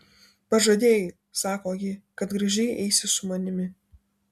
pažadėjai sako ji kad gražiai eisi su manimi